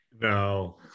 no